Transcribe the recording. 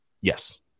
Yes